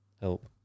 Help